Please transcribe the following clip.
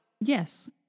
Yes